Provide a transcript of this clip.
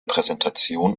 präsentation